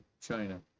China